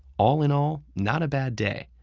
all in all, not a bad day,